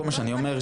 כל מה שאני אומר,